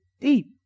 deep